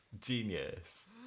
genius